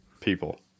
people